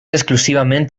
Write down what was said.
exclusivament